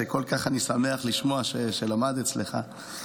שאני כל כך שמח לשמוע שלמד אצלך,